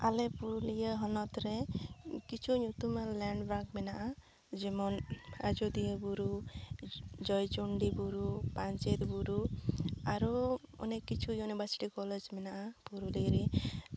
ᱟᱞᱮ ᱯᱩᱨᱩᱞᱤᱭᱟᱹ ᱦᱚᱱᱚᱛ ᱨᱮ ᱠᱤᱪᱷᱩ ᱧᱩᱛᱩᱢᱟᱱ ᱞᱮᱱᱰᱢᱟᱨᱠ ᱢᱮᱱᱟᱜᱼᱟ ᱡᱮᱢᱚᱱ ᱟᱡᱳᱫᱤᱭᱟᱹ ᱵᱩᱨᱩ ᱡᱚᱭ ᱪᱚᱱᱰᱤ ᱵᱩᱨᱩ ᱯᱟᱧᱪᱮᱛ ᱵᱩᱨᱩ ᱟᱨᱚ ᱚᱱᱮᱠ ᱠᱤᱪᱷᱩ ᱤᱭᱩᱱᱤᱵᱷᱟᱨᱥᱤᱴᱤ ᱠᱚᱞᱮᱡᱽ ᱢᱮᱱᱟᱜᱼᱟ ᱯᱩᱨᱩᱞᱤᱭᱟᱹ ᱨᱮ